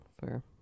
fair